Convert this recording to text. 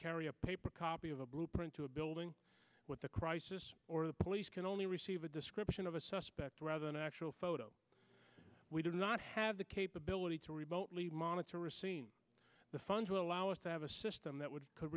carry a paper copy of a blueprint to a building with a crisis or the police can only receive a description of a suspect rather than actual photo we did not have the capability to remotely monitor receive the funds will allow us to have a system that would could